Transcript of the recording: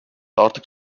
artık